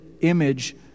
image